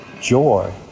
joy